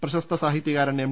പ്രശസ്ത സാഹിത്യകാരൻ എം